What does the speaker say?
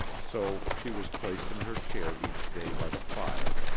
so she was placed in her chair each day by the fire,